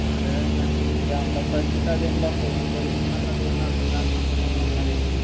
అదే అండి ఇక అందరి పరిస్థితి అదే అండి అసలు ఏం జరుగుతుందో అన్నది ఏం అర్థం కాట్లేకుండానే ఉండింది అండి